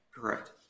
Correct